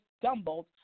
stumbled